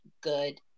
good